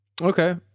okay